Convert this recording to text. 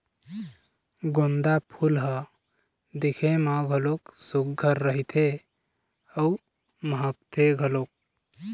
गोंदा फूल ह दिखे म घलोक सुग्घर रहिथे अउ महकथे घलोक